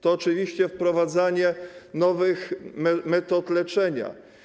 To oczywiście wprowadzanie nowych metod leczenia.